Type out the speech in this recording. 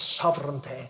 sovereignty